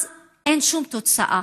אז אין שום תוצאה.